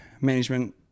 management